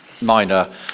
minor